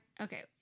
okay